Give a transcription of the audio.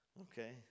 Okay